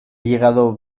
llegado